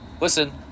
listen